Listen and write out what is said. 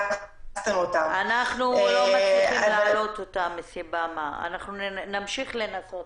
אנחנו לא מצליחים להעלות אותם, נמשיך לנסות.